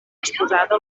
exposada